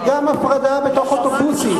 וגם הפרדה בתוך אוטובוסים.